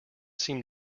seem